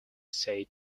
say